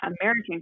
American